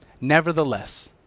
Nevertheless